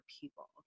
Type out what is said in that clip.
people